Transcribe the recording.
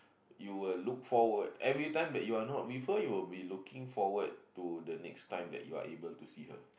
you will look forward every time that you are not with her you will be looking forward to the next time that you are able to see her